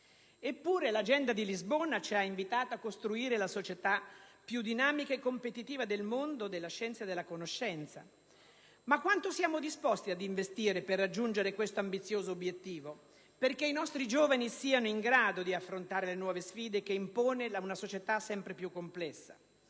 Eppure, l'Agenda di Lisbona ci ha invitati a costruire "la società più dinamica e competitiva del mondo" della scienza e della conoscenza; ma quanto siamo disposti ad investire per raggiungere questo ambizioso obiettivo? Perché i nostri giovani siano in grado di affrontare le nuove sfide che impone una società sempre più complessa?